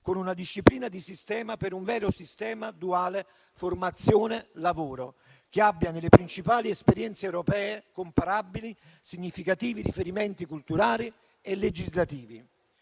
con una disciplina di sistema per un vero sistema duale formazione-lavoro, che abbia, nelle principali esperienze europee comparabili, significativi riferimenti culturali e legislativi;